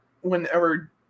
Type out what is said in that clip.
Whenever